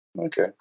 okay